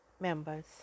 members